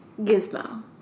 Gizmo